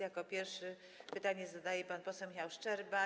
Jako pierwszy pytanie zadaje pan poseł Michał Szczerba.